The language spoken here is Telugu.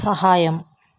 సహాయం